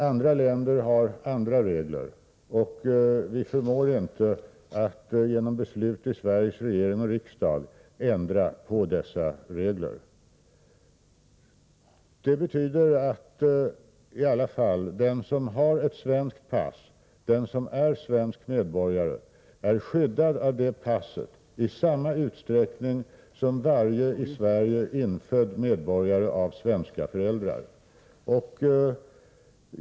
Andra länder har andra regler, och vi förmår inte att genom beslut i Sveriges regering och riksdag ändra på dessa regler. Detta betyder att i alla fall den som har ett svenskt pass, den som är svensk medborgare, är skyddad av det passet i samma utsträckning som varje i Sverige infödd medborgare med svenska föräldrar.